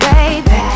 Baby